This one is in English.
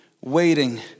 waiting